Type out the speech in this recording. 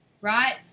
right